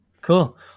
Cool